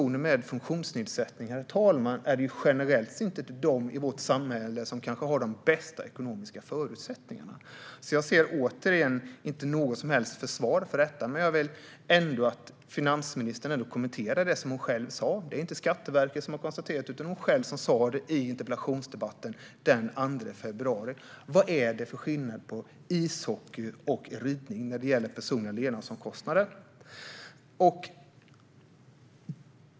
Personer med funktionsnedsättningar är generellt inte, herr talman, de i vårt samhälle som har de bästa ekonomiska förutsättningarna. Jag ser inte något som helst försvar för detta, men jag vill ändå att finansministern kommenterar det hon själv sa. Det är inte Skatteverket som har konstaterat det här utan hon själv som sa det i interpellationsdebatten den 2 februari. Vad är det för skillnad mellan ridning och ishockey när det gäller personliga levnadsomkostnader?